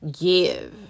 give